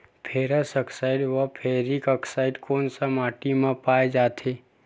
Ferrous oxide व ferric oxide कोन सा माटी म पाय जाथे?